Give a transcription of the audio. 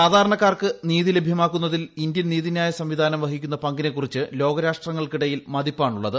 സാധാരണക്കാർക്ക് നീതി ലഭ്യമാക്കുന്നതിൽ ഇന്ത്യൻ നീതിന്യായ സംവിധാനം വഹിക്കുന്ന പങ്കിനെ കുറിച്ച് ലോകരാഷ്ട്രങ്ങൾക്കിടയിൽ മതിപ്പാണുള്ളത്